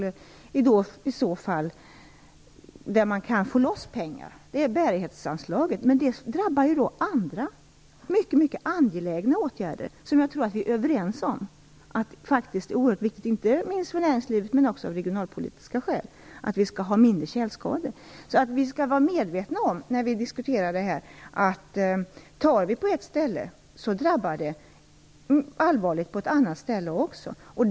Det är det enda anslaget som man kan få loss pengar ifrån. Men det drabbar ju då andra mycket angelägna åtgärder som jag tror att vi är överens om. Det är oerhört viktigt inte minst för näringslivet och också av regionalpolitiska skäl att tjälskadorna skall minskas. När vi diskuterar detta skall vi vara medvetna om att om man tar från ett ställe så drabbas också ett annat ställe.